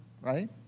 right